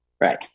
right